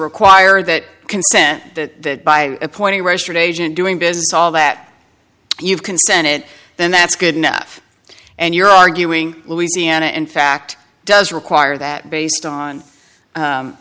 require that consent that by appointing a registered agent doing business all that you've consented then that's good enough and you're arguing louisiana in fact does require that based on